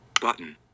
Button